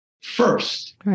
First